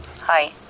Hi